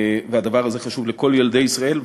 הדבר הזה חשוב לכל ילדי ישראל,